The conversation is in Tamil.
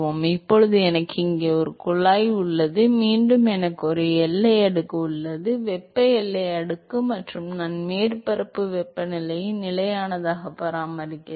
எனவே இப்போது எனக்கு இங்கே ஒரு குழாய் உள்ளது மீண்டும் எனக்கு ஒரு எல்லை அடுக்கு உள்ளது வெப்ப எல்லை அடுக்கு மற்றும் நான் மேற்பரப்பு வெப்பநிலையை நிலையானதாக பராமரிக்கிறேன்